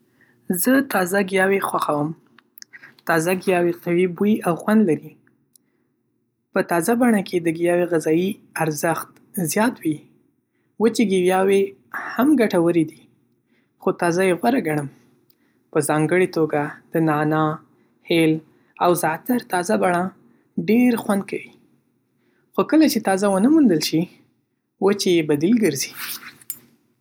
زه تازه ګیاوې خوښوم. تازه ګیاوې قوي بوی او خوند لري. په تازه بڼه کې د ګیاوو غذایي ارزښت زیات وي. وچه ګیاوې هم ګټورې دي، خو تازه یې غوره ګڼم. په ځانګړې توګه د نعناع، هيل، او زعتر تازه بڼه ډېر خوند کوي. خو کله چې تازه ونه موندل شي، وچه یې بدیل ګرځي.